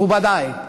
מכובדי,